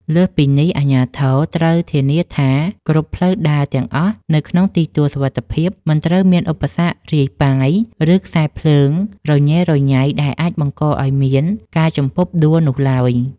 លើសពីនេះ អាជ្ញាធរត្រូវធានាថាគ្រប់ផ្លូវដើរទាំងអស់នៅក្នុងទីទួលសុវត្ថិភាព មិនត្រូវមានឧបសគ្គរាយប៉ាយ ឬខ្សែភ្លើងរញ៉េរញ៉ៃដែលអាចបង្កឱ្យមានការជំពប់ដួលនោះឡើយ។